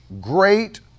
Great